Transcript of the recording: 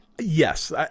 yes